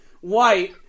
white